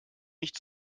nicht